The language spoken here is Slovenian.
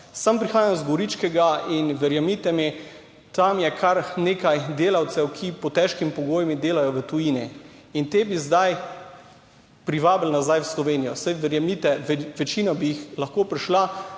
Sam prihajam iz Goričkega in verjemite mi, tam je kar nekaj delavcev, ki pod težkimi pogoji delajo v tujini. In te bi zdaj privabili nazaj v Slovenijo, saj verjemite, večina bi jih lahko prišla,